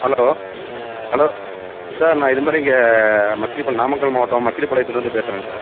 hello hello sir நான் இது மாதிரி இங்கே மக்கிரிபாளையம் நாமக்கல் மாவட்டம் மக்கிரிப்பாளையத்துலேருந்து பேசுகிறேங்க சார்